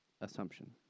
Assumption